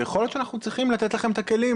ויכול להיות שאנחנו צריכים לתת לכם את הכלים